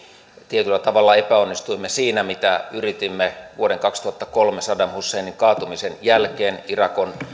tietyllä tavalla epäonnistuimme siinä mitä yritimme vuoden kaksituhattakolme saddam husseinin kaatumisen jälkeen irak on